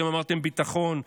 אתם אמרתם: ביטחון,